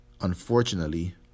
unfortunately